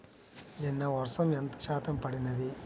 నిన్న వర్షము ఎంత శాతము పడినది?